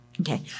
Okay